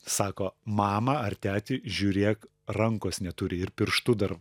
sako mama ar teti žiūrėk rankos neturi ir pirštu dar